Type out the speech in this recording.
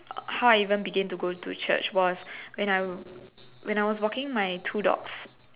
how I even began to go to church was when I when I was walking my two dogs